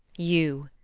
you,